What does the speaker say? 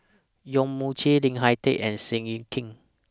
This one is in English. Yong Mun Chee Lim Hak Tai and Seow Yit Kin